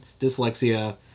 dyslexia